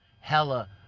Hella